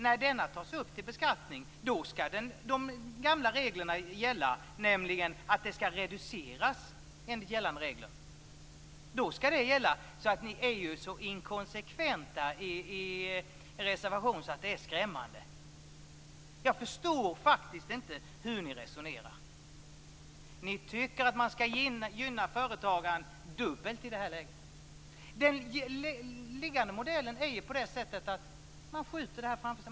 När denna tas upp till beskattning skall de gamla reglerna gälla, nämligen en reducering enligt gällande regler. Då skall det gälla. Ni är ju så inkonsekventa i reservationen att det är skrämmande. Jag förstår faktiskt inte hur ni resonerar. Ni tycker att man skall gynna företagaren dubbelt i det här läget. Den föreliggande modellen innebär ju att man skjuter det här framför sig.